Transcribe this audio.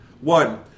One